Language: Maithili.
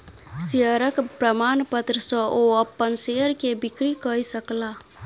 शेयरक प्रमाणपत्र सॅ ओ अपन शेयर के बिक्री कय सकला